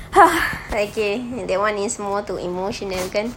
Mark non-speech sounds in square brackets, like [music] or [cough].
[breath] okay that [one] is more to emotional kan